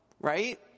right